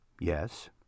Yes